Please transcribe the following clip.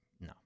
No